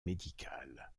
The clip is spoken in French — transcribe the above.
médicale